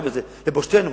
לבושתנו,